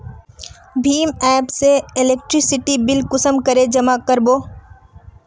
भीम app से electricity bill कुंसम करे जमा कर बो?